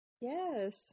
Yes